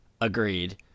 Agreed